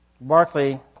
Barclay